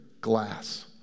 glass